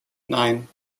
nein